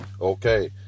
Okay